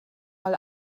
mal